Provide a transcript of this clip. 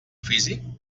físic